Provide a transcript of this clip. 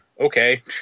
Okay